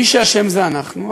מי שאשם זה אנחנו,